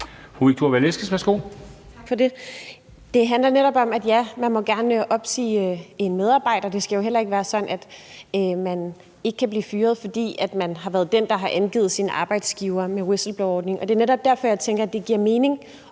Det handler netop om, at ja, man må gerne opsige en medarbejder, for det skal jo heller ikke være sådan, at man ikke kan blive fyret, fordi man har været den, der har angivet sin arbejdsgiver efter whistleblowerordningen. Og det er netop derfor, jeg tænker, at det giver mening